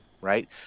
right